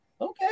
okay